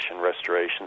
restoration